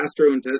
gastrointestinal